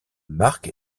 mark